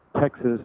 Texas